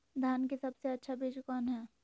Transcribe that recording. धान की सबसे अच्छा बीज कौन है?